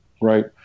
right